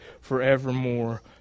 forevermore